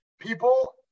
people